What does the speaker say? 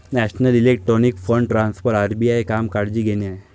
national electronic fund transfer RBI काम काळजी घेणे आहे